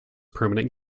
permanent